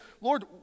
Lord